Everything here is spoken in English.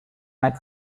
night